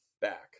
back